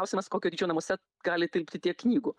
klausimas kokio dydžio namuose gali tilpti tiek knygų